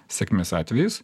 sėkmės atvejis